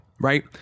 right